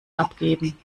abgeben